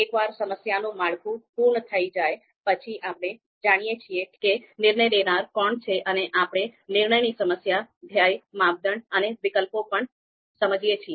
એકવાર સમસ્યાનું માળખું પૂર્ણ થઈ જાય પછી આપણે જાણીએ છીએ કે નિર્ણય લેનારા કોણ છે અને આપણે નિર્ણયની સમસ્યા ધ્યેય માપદંડ અને વિકલ્પો પણ સમજીએ છીએ